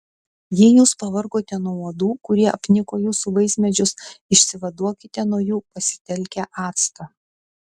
jei jūs pavargote nuo uodų kurie apniko jūsų vaismedžius išsivaduokite nuo jų pasitelkę actą